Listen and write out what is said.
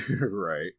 Right